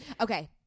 Okay